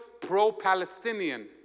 pro-palestinian